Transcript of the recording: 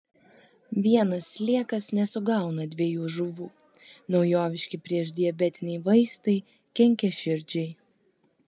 vienas sliekas nesugauna dviejų žuvų naujoviški priešdiabetiniai vaistai kenkia širdžiai